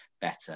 better